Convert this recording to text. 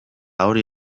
hori